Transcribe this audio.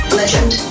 legend